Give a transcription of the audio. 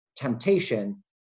temptation